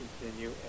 continue